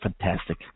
fantastic